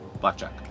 Blackjack